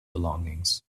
belongings